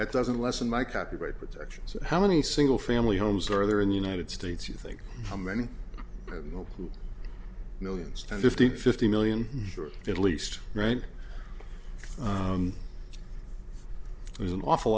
that doesn't lessen my copyright protections how many single family homes are there in the united states you think how many millions ten fifteen fifty million sure at least right there's an awful